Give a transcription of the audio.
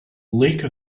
lake